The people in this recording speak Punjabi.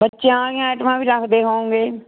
ਬੱਚਿਆਂ ਆਲੀਆਂ ਐਟਮਾਂ ਵੀ ਰੱਖਦੇ ਹੋਉਗੇ